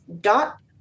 dot